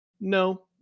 no